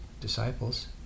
disciples